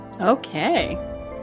Okay